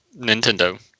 Nintendo